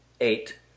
eight